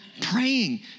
praying